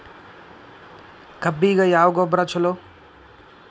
ಕಬ್ಬಿಗ ಯಾವ ಗೊಬ್ಬರ ಛಲೋ?